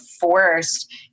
forced